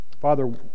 Father